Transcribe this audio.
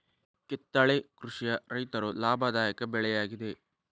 ಕಿತ್ತಳೆ ಕೃಷಿಯ ರೈತರು ಲಾಭದಾಯಕ ಬೆಳೆ ಯಾಗಿದೆ